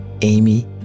Amy